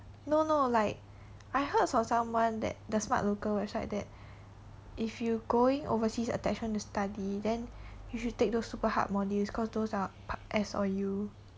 no no like I heard from someone that the smart local website that if you going overseas attachment to study then you should take those super hard modules cause those are S or U